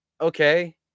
okay